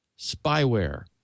spyware